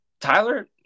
Tyler